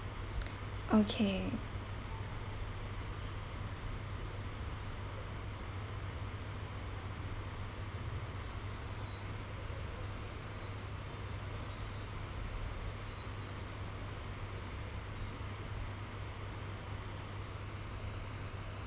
okay